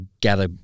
gather